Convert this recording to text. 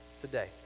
today